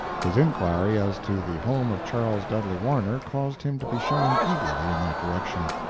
his inquiry as to the home of charles dudley warner caused him to be shown eagerly in that direction.